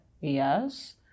Yes